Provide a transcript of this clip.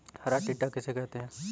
हरा टिड्डा किसे कहते हैं?